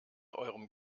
eurem